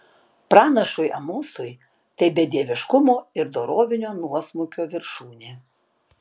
pranašui amosui tai bedieviškumo ir dorovinio nuosmukio viršūnė